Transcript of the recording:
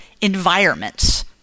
environments